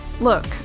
Look